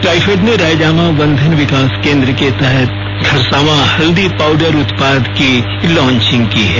ट्राइफेड ने रायजामा वनधन विकास केंद्र के तहत खरसांवा हल्दी पाउडर उत्पाद की लांचिंग की है